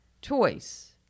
choice